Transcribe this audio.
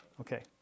Okay